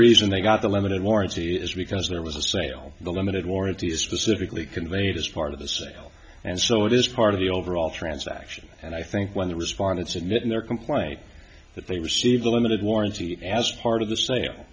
reason they got the lemon in warranty is because there was a sale the limited warranty is specifically conveyed as part of the sale and so it is part of the overall transaction and i think when the respondents in that in their complaint that they received a limited warranty as part of the sale